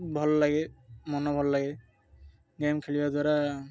ଭଲ ଲାଗେ ମନ ଭଲ ଲାଗେ ଗେମ୍ ଖେଳିବା ଦ୍ୱାରା